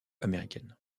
américaine